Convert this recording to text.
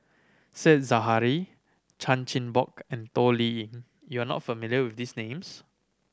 Said Zahari Chan Chin Bock and Toh Liying you are not familiar with these names